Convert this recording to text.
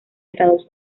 estados